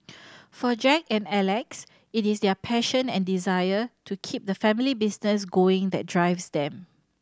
for Jack and Alex it is their passion and desire to keep the family business going that drives them